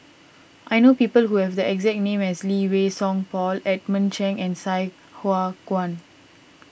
I know people who have the exact name as Lee Wei Song Paul Edmund Chen and Sai Hua Kuan